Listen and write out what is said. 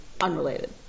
unrelated